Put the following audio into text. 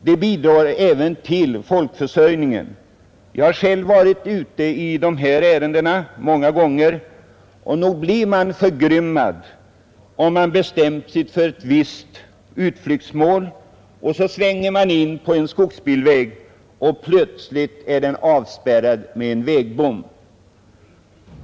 Det bidrar även till folkförsörjningen. Jag har själv många gånger varit ute i sådana ärenden. Har man då bestämt sig för ett visst utflyktsmål, blir man förgrymmad, om man vid insvängning på en skogsbilväg plötsligt finner denna avspärrad med en vägbom.